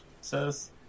says